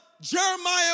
Jeremiah